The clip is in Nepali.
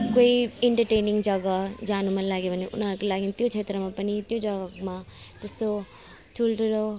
कोही इन्टरटेनिङ जग्गा जानु मनलाग्यो भने उनीहरूको लागि त्यो क्षेत्रमा पनि त्यो जग्गामा त्यस्तो ठुल्ठुलो